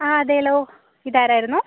ആ അതേലൊ ഇതാരായിരുന്നു